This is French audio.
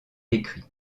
écrits